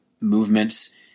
movements